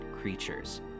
creatures